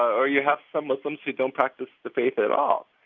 or you have some muslims who don't practice the faith at all.